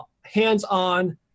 hands-on